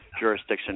jurisdiction